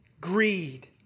greed